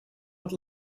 het